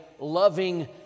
loving